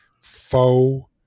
foe